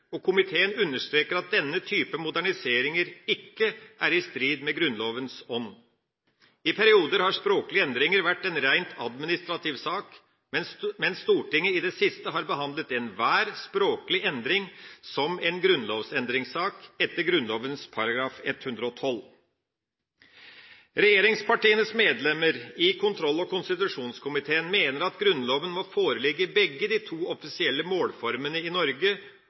og komiteen understreker at denne type moderniseringer ikke er i strid med Grunnlovens ånd. I perioder har språklige endringer vært en rent administrativ sak, mens Stortinget i det siste har behandlet enhver språklig endring som en grunnlovsendringssak, etter Grunnloven § 112. Regjeringspartienes medlemmer i kontroll- og konstitusjonskomiteen mener at Grunnloven må foreligge i begge de to offisielle målformene i Norge